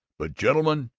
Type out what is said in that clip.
but, gentlemen,